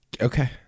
Okay